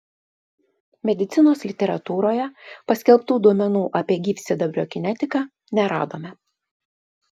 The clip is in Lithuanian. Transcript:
medicinos literatūroje paskelbtų duomenų apie gyvsidabrio kinetiką neradome